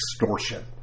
extortion